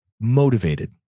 motivated